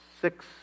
six